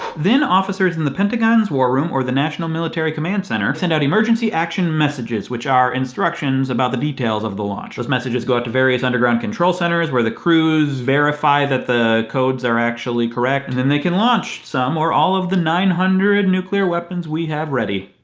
then, officers in the pentagon's war room or the national military command centre, send out emergency action messages, which are instructions about the details of the launch. those messages go out to varies underground control centers, where the crews verify that the codes are actually correct, and then they can launch, some or all of the nine hundred nuclear weapons we have ready.